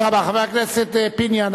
חבר הכנסת פיניאן,